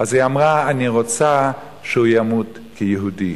והיא אמרה: אני רוצה שהוא ימות כיהודי.